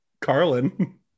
carlin